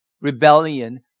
rebellion